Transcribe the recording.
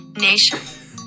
Nation